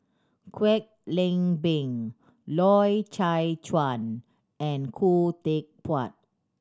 Kwek Leng Beng Loy Chye Chuan and Khoo Teck Puat